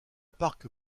parc